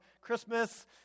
Christmas